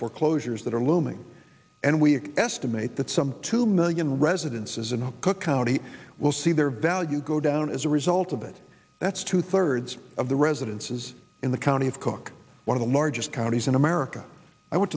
foreclosures that are looming and we estimate that some two million residences in cook county will see their value go down as a result of it that's two thirds of the residences in the county of cook one of the largest counties in america i went